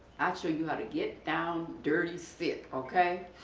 and show you how to get down dirty sick okay.